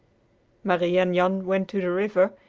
marie and jan went to the river,